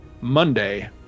Monday